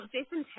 Jason